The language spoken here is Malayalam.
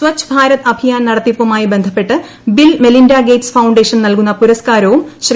സ്വച്ച് ഭാരത് അഭിയാൻ നടത്തിപ്പുമായി ബന്ധപ്പെട്ട് ബിൽമെലിന്ദ ഗേറ്റ്സ് ഫൌണ്ടേഷൻ നൽകുന്ന പുരസ്കാരവും ശ്രീ